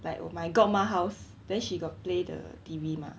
like my godma house then she got play the T_V mah